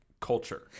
culture